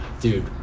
dude